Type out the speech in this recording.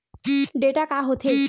Data का होथे?